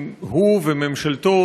הוא וממשלתו,